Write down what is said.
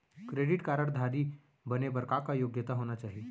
Credit card धारी बने बर का का योग्यता होना चाही?